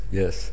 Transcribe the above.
yes